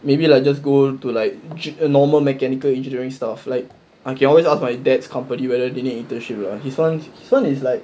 maybe like just go to like a normal mechanical engineering stuff like I can always ask my dad's company whether they need internship lah his [one] his [one] is like